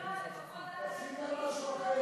חושבים,